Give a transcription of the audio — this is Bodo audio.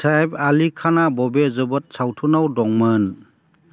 सेइफ आलि खाना बबे जोबोद सावथुनाव दंमोन